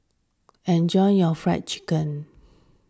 enjoy your Fried Chicken